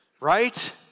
right